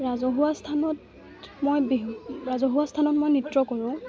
ৰাজহুৱা স্থানত মই বিহু ৰাজহুৱা স্থানত মই নৃত্য কৰোঁ